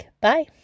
bye